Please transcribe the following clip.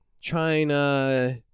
China